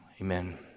amen